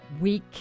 week